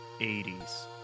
80s